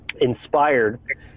Inspired